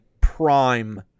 prime